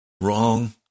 Wrong